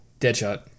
Deadshot